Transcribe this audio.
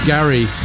Gary